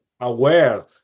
aware